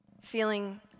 feeling